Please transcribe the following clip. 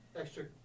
Extra